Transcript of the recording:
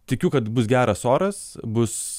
tikiu kad bus geras oras bus